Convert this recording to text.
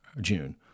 June